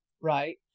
right